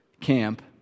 camp